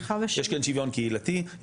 יש כאן שיוויון קהילתי,